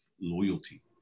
loyalty